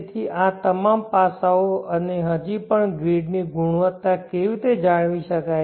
તેથી આ તમામ પાસાઓ અને હજી પણ ગ્રીડની ગુણવત્તા કેવી રીતે જાળવી શકાય